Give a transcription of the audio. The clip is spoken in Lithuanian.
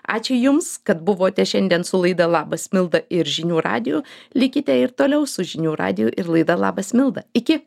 ačiū jums kad buvote šiandien su laida labas milda ir žinių radiju likite ir toliau su žinių radiju ir laida labas milda iki